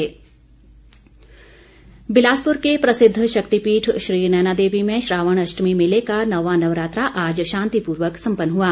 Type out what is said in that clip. श्रावण अष्टमी बिलासपुर के प्रसिद्ध शक्तिपीठ श्री नैनादेवी में श्रावण अष्टमी मेले का नौवां नवरात्रा आज शांतिपूर्वक संपन्न हुआ